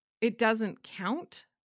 it-doesn't-count